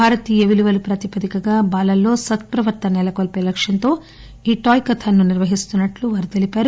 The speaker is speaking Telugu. భారతీయ విలువల ప్రాతిపదికగా బాలల్లో సత్ ప్రవర్తనను నెలకొల్పే లక్ష్యంతో ఈ టాయ్ కథాన్ ను నిర్వహిస్తున్నట్లు వారు తెలిపారు